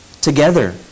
together